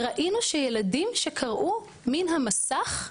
ראינו שילדים שקראו מן המסך,